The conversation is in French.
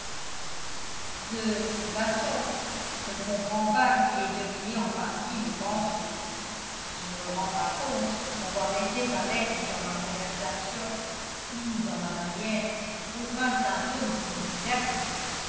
de toute façon je ne comprends pas qu'il ait deviné en partie mes pensées je ne me rends pas compte d'avoir laissé paraître dans ma conversation ou dans ma manière aucun symptôme significatif